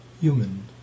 human